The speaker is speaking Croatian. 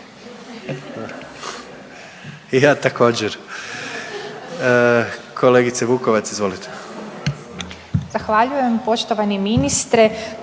ja također. Kolegice Vukovac, izvolite.